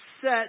set